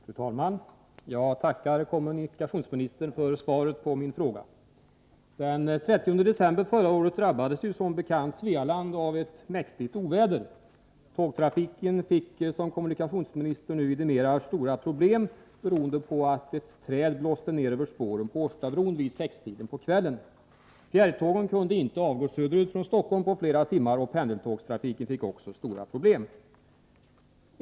Fru talman! Jag tackar kommunikationsministern för svaret på min fråga. Den 30 december förra året drabbades Svealand som bekant av ett mäktigt oväder. Tågtrafiken fick, som kommunikationsministern nu vidimerade, stora problem beroende på att ett träd blåste ned över spåren på Årstabron vid 6-tiden på kvällen. Fjärrtågen kunde inte avgå söderut från Stockholm på flera timmar, och pendeltågstrafiken fick också stora problem.